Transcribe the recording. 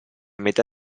metà